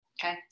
Okay